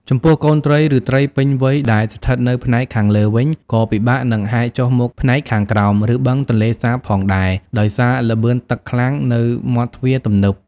ចំពោះកូនត្រី ឬត្រីពេញវ័យដែលស្ថិតនៅផ្នែកខាងលើវិញ ក៏ពិបាកនឹងហែលចុះមកផ្នែកខាងក្រោម ឬបឹងទន្លេសាបផងដែរ ដោយសារល្បឿនទឹកខ្លាំងនៅមាត់ទ្វារទំនប់។